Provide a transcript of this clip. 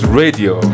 radio